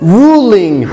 ruling